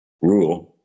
rule